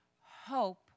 hope